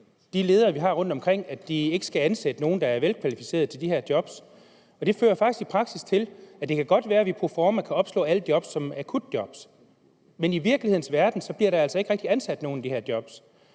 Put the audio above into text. de ledere, vi har rundtomkring, at de ikke skal ansætte nogen, der er velkvalificerede til de her job. Det fører faktisk i praksis til, at det godt kan være, at vi proforma kan opslå alle job som akutjob, men i virkelighedens verden bliver der altså ikke rigtig ansat nogen i de her job.